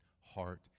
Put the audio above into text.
heart